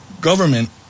Government